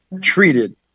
treated